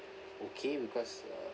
okay because uh